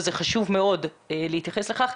וזה חשוב מאוד להתייחס לכך.